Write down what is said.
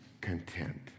content